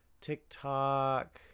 TikTok